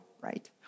right